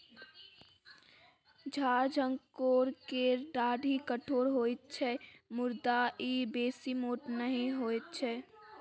झार झंखोर केर डाढ़ि कठोर होइत छै मुदा ई बेसी मोट नहि होइत छै